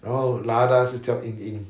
然后 lada 是叫 ying ying